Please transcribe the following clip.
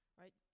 right